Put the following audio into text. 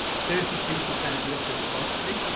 thirty two percent listen monthly.